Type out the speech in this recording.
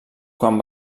quan